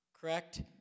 correct